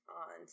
on